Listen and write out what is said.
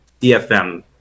DFM